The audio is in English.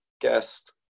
guest